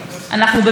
תודה רבה, גברתי.